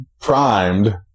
primed